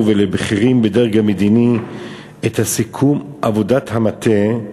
ולבכירים בדרג המדיני את סיכום עבודת המטה.